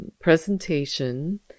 presentation